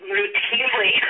routinely